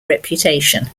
reputation